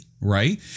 right